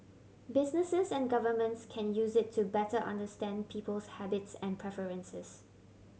businesses and governments can use it to better understand people's habits and preferences